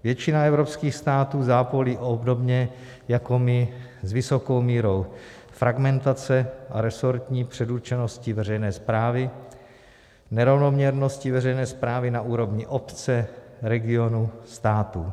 Většina evropských států zápolí obdobně jako my s vysokou mírou fragmentace a resortní předurčenosti veřejné správy, nerovnoměrnosti veřejné správy na úrovni obce, regionu, států.